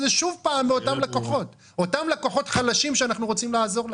הזה שוב פעם מאותם לקוחות חלשים שאנחנו רוצים לעזור להם.